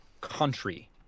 country